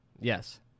Yes